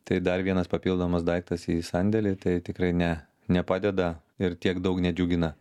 tai dar vienas papildomas daiktas į sandėlį tai tikrai ne nepadeda ir tiek daug nedžiugina